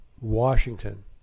Washington